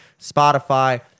Spotify